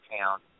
town